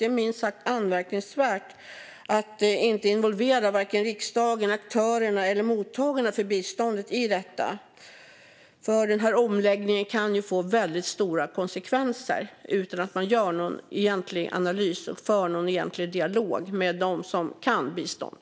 Det är minst sagt anmärkningsvärt att inte involvera vare sig riksdagen, aktörerna eller mottagarna av biståndet i detta. Omläggningen kan få väldigt stora konsekvenser om man inte gör någon egentlig analys eller för en dialog med dem som kan bistånd.